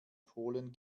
polen